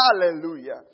Hallelujah